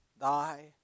thy